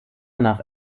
nach